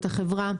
זו החברה,